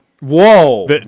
Whoa